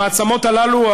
המעצמות הללו,